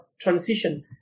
transition